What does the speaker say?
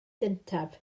gyntaf